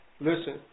Listen